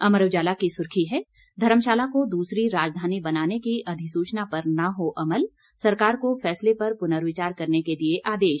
अमर उजाला की सुर्खी है धर्मशाला को दूसरी राजधानी बनाने की अधिसुचना पर न हो अमल सरकार को फैसले पर पुनर्विचार करने के दिए आदेश